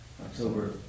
October